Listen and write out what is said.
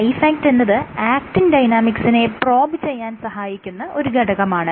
Lifeact എന്നത് actin ഡൈനാമിക്സിനെ probe ചെയ്യാൻ സഹായിക്കുന്ന ഒരു ഘടകമാണ്